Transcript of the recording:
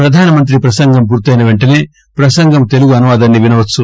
ప్రధాన మంత్రి ప్రసంగం పూర్తి అయిన వెంటసే ప్రసంగం తెలుగు అనువాదాన్ని వినవచ్చు